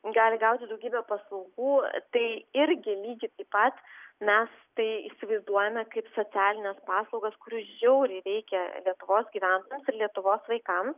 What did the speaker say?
gali gauti daugybę paslaugų ar tai irgi lygiai taip pat mes tai įsivaizduojame kaip socialines paslaugaskurių žiauriai reikia lietuvos gyventojams lietuvos vaikams